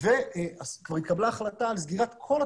אנחנו עושים את מה שאנחנו עושים,